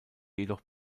jedoch